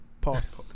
Pause